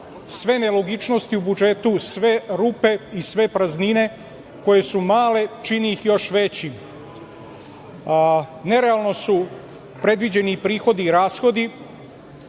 sve nelogičnosti u budžetu, sve rupe i sve praznine, koje su male, čini ih još većim. Nerealno su predviđeni prihodi i rashodi.